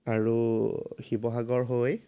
আৰু শিৱসাগৰ হৈ